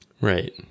Right